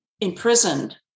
imprisoned